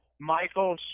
Michael